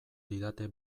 didate